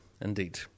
Indeed